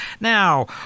Now